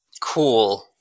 Cool